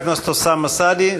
חבר הכנסת אוסאמה סעדי,